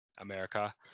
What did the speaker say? america